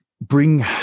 bring